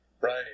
Right